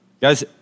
Guys